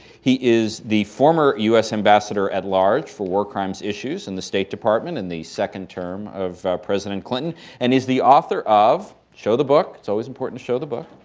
he is the former u s. ambassador-at-large for war crimes issues in the state department in the second term of president clinton and is the author of show the book it's always important to show the book